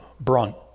brunt